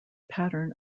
pattern